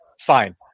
fine